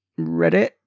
Reddit